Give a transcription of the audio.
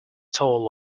toll